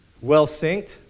Well-synced